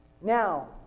Now